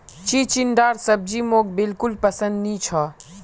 चिचिण्डार सब्जी मोक बिल्कुल पसंद नी छ